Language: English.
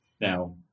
now